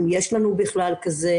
אם יש לנו בכלל כזה.